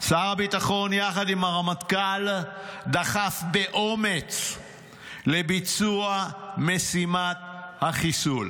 שר הביטחון יחד עם הרמטכ"ל דחף באומץ לביצוע משימת החיסול.